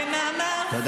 תודה.